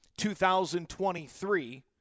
2023